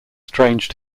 strange